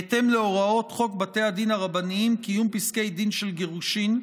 בהתאם להוראות חוק בתי הדין הרבניים (קיום פסקי דין של גירושין),